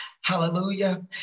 Hallelujah